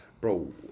Bro